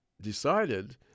decided